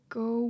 go